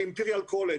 ל-Imperial College,